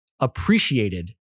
appreciated